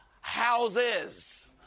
houses